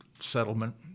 settlement